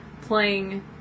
playing